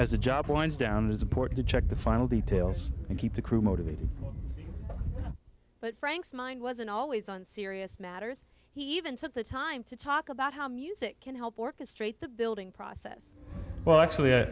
a porter to check the final details and keep the crew motivated but frank's mind wasn't always on serious matters he even took the time to talk about how music can help orchestrate the building process but actually i